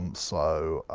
um so